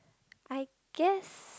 I guess